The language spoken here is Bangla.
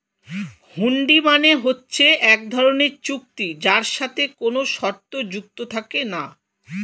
হুন্ডি মানে হচ্ছে এক ধরনের চুক্তি যার সাথে কোনো শর্ত যুক্ত থাকে না